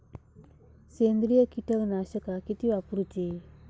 सेंद्रिय कीटकनाशका किती वापरूची?